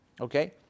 okay